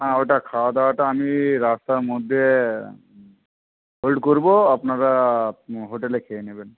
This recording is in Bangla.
হ্যাঁ ওটা খাওয়াদাওয়াটা আমি রাস্তার মধ্যে হোল্ড করবো আপনারা হোটেলে খেয়ে নেবেন